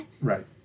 Right